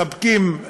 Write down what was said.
מספקים